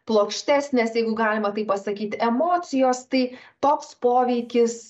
plokštesnės jeigu galima taip pasakyti emocijos tai toks poveikis